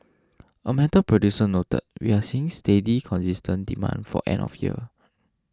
a metal producer noted we are seeing steady consistent demand for end of year